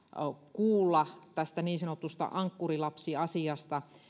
kuulla tästä niin sanotusta ankkurilapsiasiasta